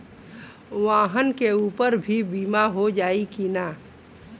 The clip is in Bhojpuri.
वाहन के ऊपर भी बीमा हो जाई की ना?